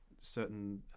certain